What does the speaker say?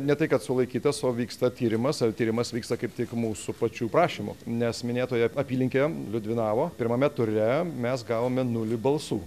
ne tai kad sulaikytas o vyksta tyrimas ar tyrimas vyksta kaip tik mūsų pačių prašymu nes minėtoje apylinkėje liudvinavo pirmame ture mes gavome nulį balsų